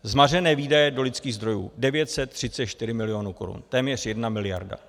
Zmařené výdaje do lidských zdrojů 934 milionů korun, téměř jedna miliarda.